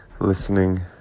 listening